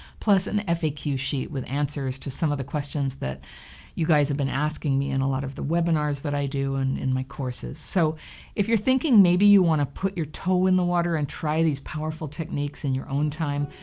plus an faq sheet with answers to some of the questions that you guys have been asking me and a lot of the webinars that i do and in my courses. courses. so if you're thinking maybe you want to put your toe in the water and try these powerful techniques in your own time,